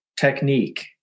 technique